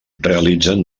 realitzen